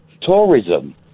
tourism